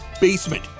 BASEMENT